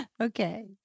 Okay